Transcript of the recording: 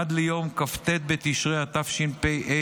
עד ליום כ"ט בתשרי התשפ"ה,